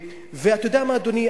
ואתה יודע מה, אדוני?